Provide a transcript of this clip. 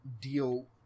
deal